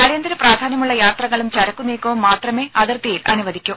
അടിയന്തര പ്രാധാന്യമുള്ള യാത്രകളും ചരക്കുനീക്കവും മാത്രമേ അതിർത്തിയിൽ അനുവദിക്കൂ